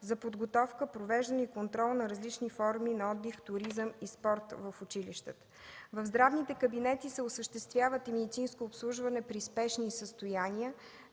подготовка, провеждане и контрол на различни форми на отдих, туризъм и спорт в училищата. В здравните кабинети се осъществява и медицинско обслужване при спешни състояния